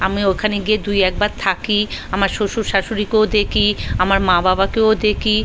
আমি ওখানে গিয়ে দুই একবার থাকি আমার শ্বশুর শাশুড়িকেও দেখি আমার মা বাবাকেও দেখি